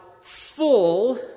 full